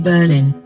Berlin